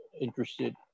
interested